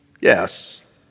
Yes